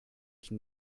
qui